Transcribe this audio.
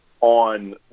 on